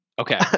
okay